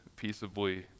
peaceably